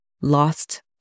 lost